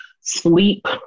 Sleep